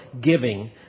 giving